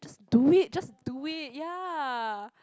do it just do it ya